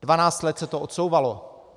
Dvanáct let se to odsouvalo.